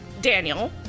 Daniel